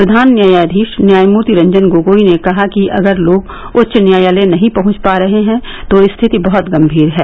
प्रधान न्यायधीश न्यायमूर्ति रंजन गोगोई ने कहा कि अगर लोग उच्च न्यायालय नही पहंच पा रहे तो स्थिति बहत गंभीर है